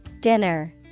Dinner